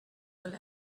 will